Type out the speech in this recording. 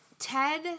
Ted